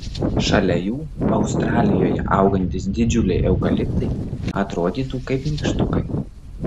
šalia jų australijoje augantys didžiuliai eukaliptai atrodytų kaip nykštukai